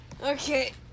Okay